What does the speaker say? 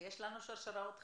ויש לנו שרשראות חזקות.